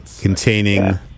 containing